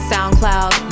soundcloud